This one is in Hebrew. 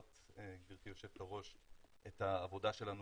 והזכרת גבירתי היו"ר את העבודה שלנו